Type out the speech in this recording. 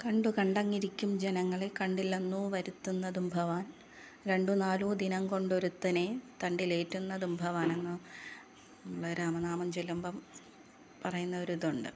കണ്ടു കണ്ടങ്ങിരിക്കും ജനങ്ങളെ കണ്ടില്ലെന്ന് വരുത്തുന്നതും ഭവാൻ രണ്ടു നാലു ദിനം കൊണ്ട് ഒരുത്തനെ തണ്ടിലേറ്റുന്നതും ഭവാൻ എന്ന് രാമനാമം ചൊല്ലുമ്പം പറയുന്ന ഒരു ഇതുണ്ട്